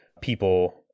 people